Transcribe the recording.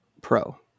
Pro